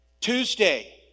Tuesday